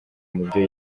mubyo